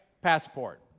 Passport